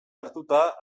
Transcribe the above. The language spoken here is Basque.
hartuta